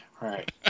right